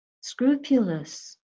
scrupulous